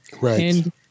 Right